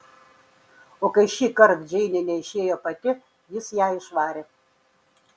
o kai šįkart džeinė neišėjo pati jis ją išvarė